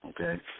Okay